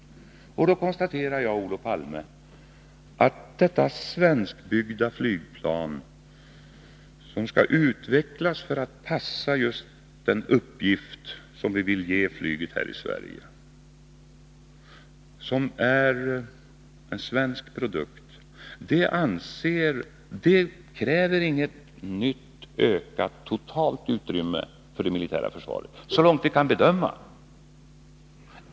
Då konstaterar jag, Olof Palme, att detta svenskbyggda flygplan, som skall utvecklas för att passa just den uppgift som vi vill ge flyget här i Sverige, inte kräver något ökat totalt utrymme för det militära försvaret, i alla fall inte så långt vi kan bedöma.